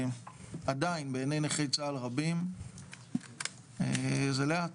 עדיין בעיניי נכי צה"ל רבים זה לאט,